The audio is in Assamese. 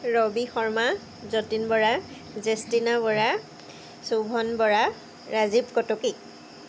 ৰবি শৰ্মা যতীন বৰা জেস্তিনা বৰা চুভন বৰা ৰাজীৱ কটকী